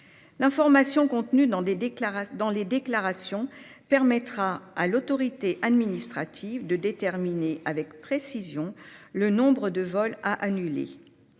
L'information contenue dans les déclarations permettra à l'autorité administrative de déterminer avec précision le nombre de vols à annuler.